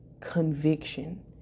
conviction